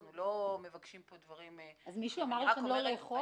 אנחנו לא מבקשים דברים לבד --- אבל מישהו אמר לכם לא לאכוף?